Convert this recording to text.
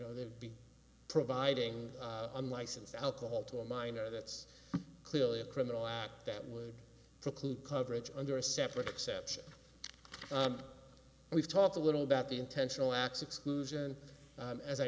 know they've been providing unlicensed alcohol to a minor that's clearly a criminal act that would preclude coverage under a separate exception we've talked a little about the intentional acts exclusion as i